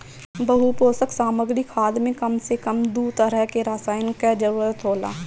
बहुपोषक सामग्री खाद में कम से कम दू तरह के रसायन कअ जरूरत होला